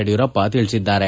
ಯಡಿಯೂರಪ್ಪ ತಿಳಿಸಿದ್ದಾರೆ